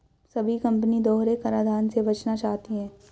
सभी कंपनी दोहरे कराधान से बचना चाहती है